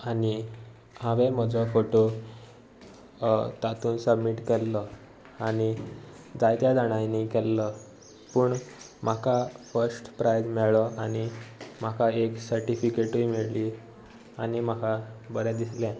आनी हांवें म्हजो फोटो तातूंत सबमीट केल्लो आनी जायत्या जाणांनी केल्लो पूण म्हाका फस्ट प्रायज मेळ्ळें आनी म्हाका एक सर्टिफिकेटूय मेळ्ळी आनी म्हाका बरें दिसलें